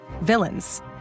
villains